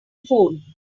phone